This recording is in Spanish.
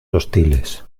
hostiles